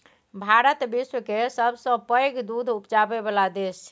भारत विश्व केर सबसँ पैघ दुध उपजाबै बला देश छै